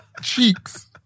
cheeks